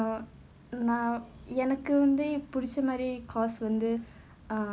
err நான் எனக்கு வந்து புடிச்ச மாறி:naan enakku vanthu pudicha maari (ya) வந்து:vanthu ah